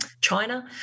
China